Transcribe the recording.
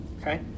Okay